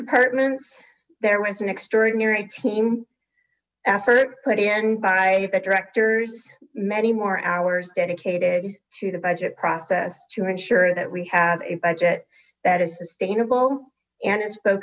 departments there was an extraordinary team effort put in by the directors many more hours dedicated to the budget process to ensure that we have a budget that is sustainable and i